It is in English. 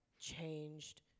changed